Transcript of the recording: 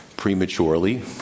Prematurely